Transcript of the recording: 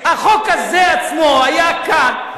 החוק הזה עצמו היה כאן,